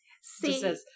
see